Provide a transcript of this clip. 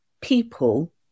people